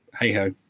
hey-ho